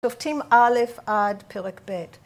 שופטים א' עד פרק ב'